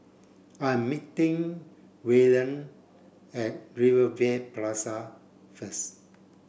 I'm meeting Waylon at Rivervale Plaza first